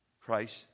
Christ